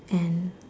and